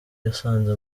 yasanze